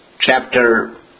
chapter